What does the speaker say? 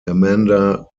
amanda